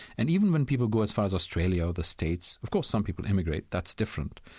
and even when people go as far as australia or the states of course, some people immigrate. that's different.